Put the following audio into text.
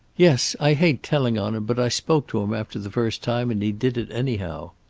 yes. i hate telling on him, but i spoke to him after the first time, and he did it anyhow.